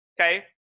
okay